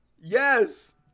Yes